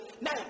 Now